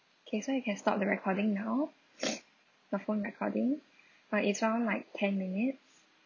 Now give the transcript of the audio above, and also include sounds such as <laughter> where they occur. K so you can stop the recording now <noise> the phone recording uh it's around like ten minutes